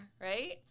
right